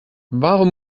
warum